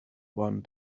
one